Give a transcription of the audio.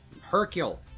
Hercule